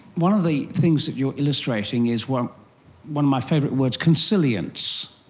one of the things that you're illustrating is, one one of my favourite words, consilience.